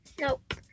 Nope